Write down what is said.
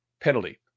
penalty